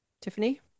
Tiffany